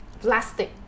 plastic